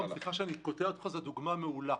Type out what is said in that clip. יורם, סליחה שאני קוטע אותך, זאת דוגמה מעולה.